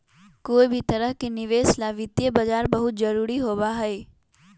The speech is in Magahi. कोई भी तरह के निवेश ला वित्तीय बाजार बहुत जरूरी होबा हई